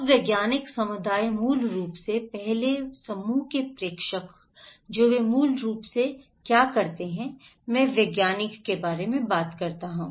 अब वैज्ञानिक समुदाय मूल रूप से पहले समूह के प्रेषक जो वे मूल रूप से क्या करते हैं मैं वैज्ञानिक के बारे में बात कर रहा हूं